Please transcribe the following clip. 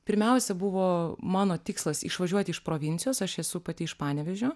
pirmiausia buvo mano tikslas išvažiuoti iš provincijos aš esu pati iš panevėžio